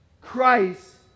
Christ